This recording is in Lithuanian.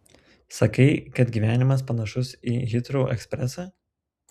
sakai kad gyvenimas panašus į hitrou ekspresą